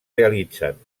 realitzen